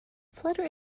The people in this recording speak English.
flattery